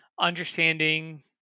Understanding